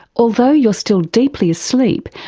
although you're still deeply asleep,